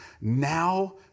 Now